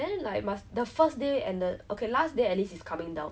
so it's like a better hong kong